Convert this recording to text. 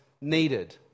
needed